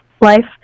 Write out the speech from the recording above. life